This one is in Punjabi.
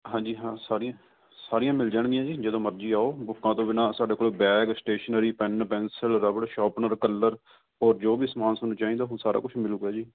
ਹਾਂਜੀ ਹਾਂ ਸਾਰੀਆਂ ਸਾਰੀਆਂ ਮਿਲ ਜਾਣਗੀਆਂ ਜੀ ਜਦੋਂ ਮਰਜ਼ੀ ਆਓ ਬੁੱਕਾਂ ਤੋਂ ਬਿਨਾਂ ਸਾਡੇ ਕੋਲ bag stationery pen pencil rubber sharpener colour ਔਰ ਜੋ ਵੀ ਸਮਾਨ ਤੁਹਾਨੂੰ ਚਾਹੀਦਾ ਉਹ ਸਾਰਾ ਕੁਝ ਮਿਲੂਗਾ ਜੀ